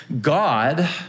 God